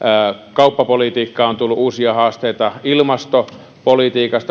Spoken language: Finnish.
kauppapolitiikkaan on tullut uusia haasteita ilmastopolitiikassa